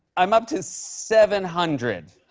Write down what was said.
i'm up to seven hundred.